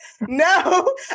no